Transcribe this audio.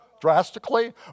drastically